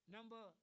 Number